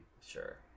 Sure